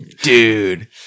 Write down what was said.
dude